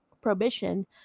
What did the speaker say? prohibition